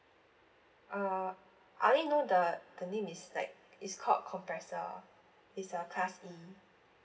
uh I only know the the name is like is called Kompressor is a class E